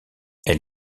elle